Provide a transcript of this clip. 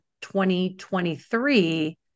2023